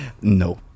No